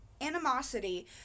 animosity